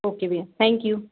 okay भैया thank you